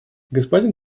господин